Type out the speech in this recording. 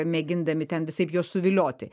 mėgindami ten visaip juos suvilioti